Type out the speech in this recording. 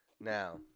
now